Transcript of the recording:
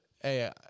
hey